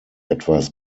etwas